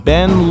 Ben